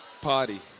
Party